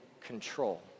control